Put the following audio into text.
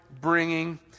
bringing